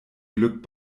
glück